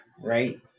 right